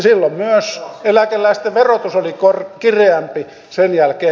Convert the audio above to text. silloin myös eläkeläisten verotus oli kireämpi sen jälkeen